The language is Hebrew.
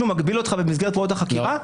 מישהו מגביל אותך במסגרת פעולות החקירה?